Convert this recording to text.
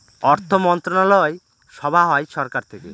অর্থমন্ত্রণালয় সভা হয় সরকার থেকে